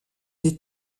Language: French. des